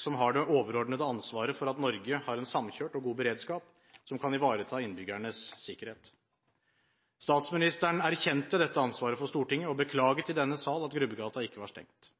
som har det overordnede ansvaret for at Norge har en samkjørt og god beredskap som kan ivareta innbyggernes sikkerhet». Statsministeren erkjente dette ansvaret for Stortinget og beklaget i denne sal at «Grubbegata ikke var stengt,